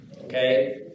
Okay